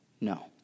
No